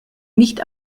nicht